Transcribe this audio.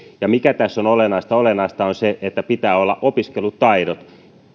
ja mikä tässä on olennaista olennaista on se että pitää olla opiskelutaidot